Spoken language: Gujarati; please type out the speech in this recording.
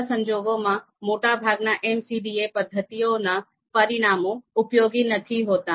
આવા સંજોગોમાં મોટાભાગના MCDA પદ્ધતિઓનાં પરિણામો ઉપયોગી નથી હોતા